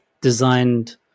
Designed